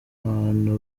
abantu